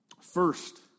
First